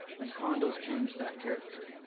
and condos change that character.